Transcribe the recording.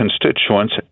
constituents